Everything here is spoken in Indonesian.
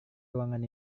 ruangan